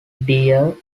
deer